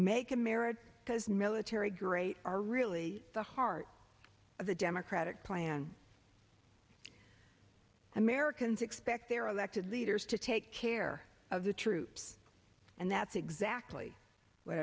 make america as military great are really the heart of the democratic plan americans expect their elected leaders to take care of the troops and that's exactly what